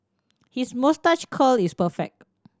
his moustache curl is perfect